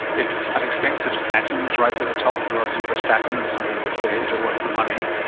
it's. an expensive statin's right at the top, rosuvastatin, and some people would say is it worth the money?